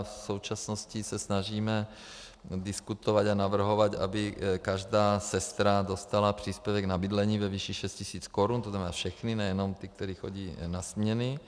V současnosti se snažíme diskutovat a navrhovat, aby každá sestra dostala příspěvek na bydlení ve výši 6 tisíc korun, to znamená všechny, nejenom ty, které chodí na směny.